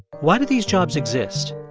why do these jobs exist?